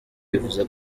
bivuze